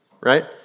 right